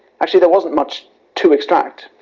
actually there wasn't much to extract.